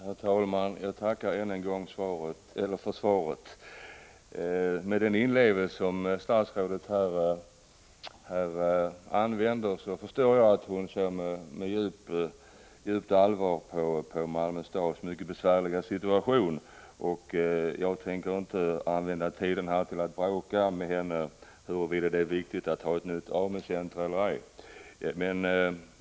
Herr talman! Jag tackar än en gång för svaret. Av den inlevelse som statsrådet visar förstår jag att hon ser med djupt allvar på Malmö stads mycket besvärliga situation. Jag tänker inte använda tiden här för att bråka med statsrådet om huruvida det är viktigt att få ett nytt AMU-center eller ej.